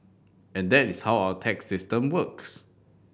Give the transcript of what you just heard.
and that is how our tax system works